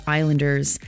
islanders